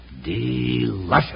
Delicious